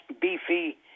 beefy